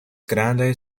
grandaj